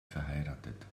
verheiratet